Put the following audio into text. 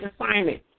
assignment